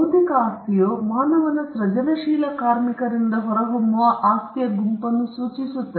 ಬೌದ್ಧಿಕ ಆಸ್ತಿಯು ಮಾನವನ ಸೃಜನಶೀಲ ಕಾರ್ಮಿಕರಿಂದ ಹೊರಹೊಮ್ಮುವ ಆಸ್ತಿಯ ಗುಂಪನ್ನು ಸೂಚಿಸುತ್ತದೆ